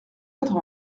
quatre